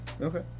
Okay